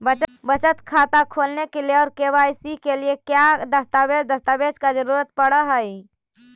बचत खाता खोलने के लिए और के.वाई.सी के लिए का क्या दस्तावेज़ दस्तावेज़ का जरूरत पड़ हैं?